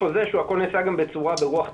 הכל נעשה גם ברוח טובה,